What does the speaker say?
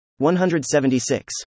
176